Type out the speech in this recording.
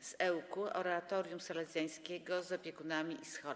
z Ełku - oratorium salezjańskie z opiekunami i scholą.